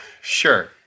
Sure